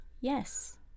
Yes